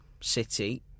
City